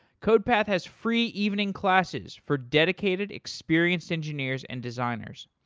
codepath has free evening classes for dedicated experienced engineers and designers.